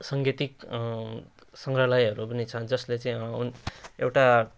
साङ्गीतिक सङ्ग्रहालयहरू पनि छन् जसले चाहिँ हुन् एउटा